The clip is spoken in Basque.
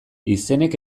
izenek